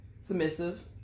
submissive